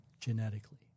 genetically